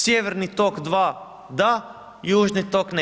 Sjeverni tok II da, Južni tok ne.